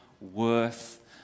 worth